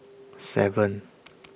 seven